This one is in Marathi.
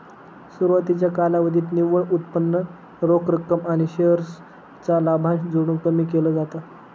सुरवातीच्या कालावधीत निव्वळ उत्पन्न रोख रक्कम आणि शेअर चा लाभांश जोडून कमी केल जात